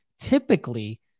Typically